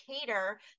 cater